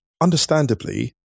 understandably